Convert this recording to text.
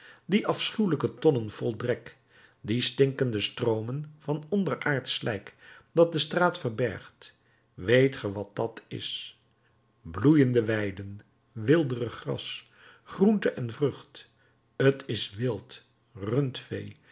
die afschuwelijke tonnen vol drek die stinkende stroomen van onderaardsch slijk dat de straat verbergt weet ge wat dat is bloeiende weiden weelderig gras groente en vrucht t is wild rundvee